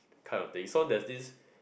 kind of thing so there's this